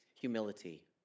humility